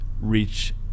reach